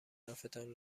حرفتان